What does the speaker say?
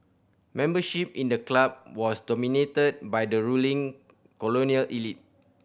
membership in the club was dominated by the ruling colonial elite